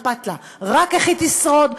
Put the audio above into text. אכפת לה רק איך היא תשרוד,